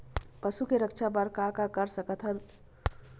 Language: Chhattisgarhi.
पशु के रक्षा बर का कर सकत हन?